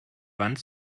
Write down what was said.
wand